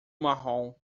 marrom